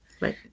Right